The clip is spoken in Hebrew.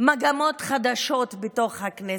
מגמות חדשות בתוך הכנסת,